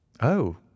Oh